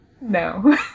No